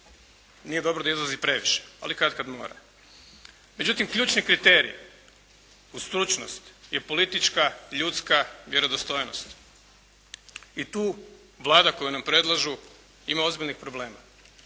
Nije dobro da izlazi previše, ali katkad mora. Međutim, ključni kriterij uz stručnost je politička ljudska vjerodostojnost i tu Vlada koju nam predlažu ima ozbiljnih problema.